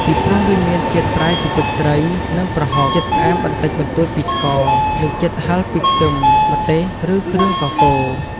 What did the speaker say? ពីព្រោះវាមានជាតិប្រៃពីទឹកត្រី និងប្រហុក ជាតិផ្អែមបន្តិចបន្តួចពីស្ករ និងជាតិហឹរពីខ្ទឹម ម្ទេស ឬគ្រឿងកកូរ។